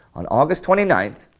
on august twenty ninth,